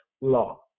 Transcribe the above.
law